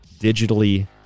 digitally